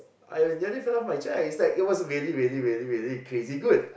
I nearly fell off my chair ah it's like it was really really really crazy good